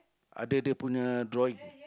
ada dia punya drawing